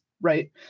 right